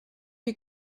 you